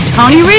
Tony